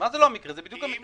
זה בדיוק המקרה.